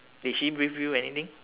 did she brief you anything